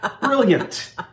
Brilliant